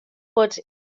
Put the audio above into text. bod